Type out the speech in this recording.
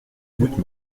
goutte